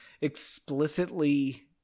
explicitly